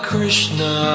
Krishna